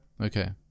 Okay